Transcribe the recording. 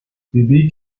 فیبی